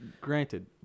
granted